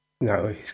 no